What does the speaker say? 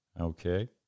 Okay